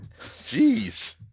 Jeez